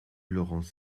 laurence